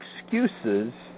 excuses